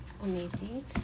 amazing